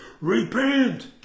Repent